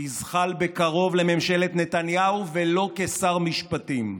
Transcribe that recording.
יזחל בקרוב לממשלת נתניהו, ולא כשר משפטים.